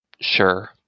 Sure